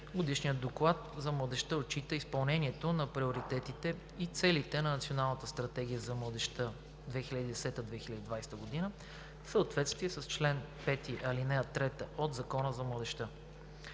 Годишният доклад за младежта отчита изпълнението на приоритетите и целите на Националната стратегия за младежта 2010 – 2020 г. в съответствие с чл. 5, ал. 3 от Закона за младежта.